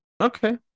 okay